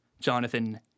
Jonathan